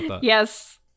Yes